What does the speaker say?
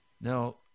Now